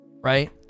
Right